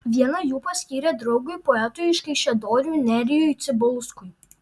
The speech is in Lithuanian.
vieną jų paskyrė draugui poetui iš kaišiadorių nerijui cibulskui